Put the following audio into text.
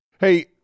Hey